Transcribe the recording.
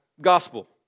Gospel